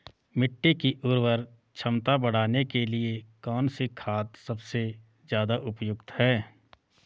मिट्टी की उर्वरा क्षमता बढ़ाने के लिए कौन सी खाद सबसे ज़्यादा उपयुक्त है?